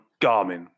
Garmin